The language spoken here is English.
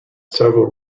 several